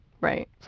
Right